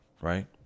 right